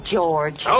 George